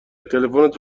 تلفنت